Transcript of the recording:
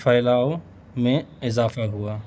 پھیلاؤ میں اضافہ ہوا